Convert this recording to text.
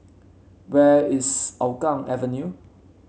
where is Hougang Avenue